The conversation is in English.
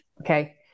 Okay